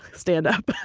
standup.